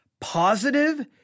Positive